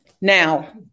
Now